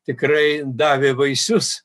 tikrai davė vaisius